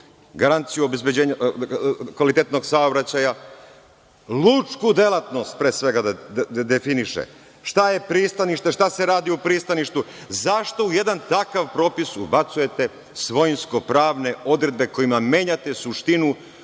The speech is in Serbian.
obezbeđenja kvalitetnog saobraćaja, lučku delatnost pre svega definiše šta je pristanište, šta se radi u pristaništu, zašto u jednom takvom propisu ubacujete svojinskopravne odredbe kojima menjate suštinu